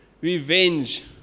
revenge